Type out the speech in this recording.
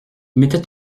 mettait